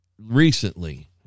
recently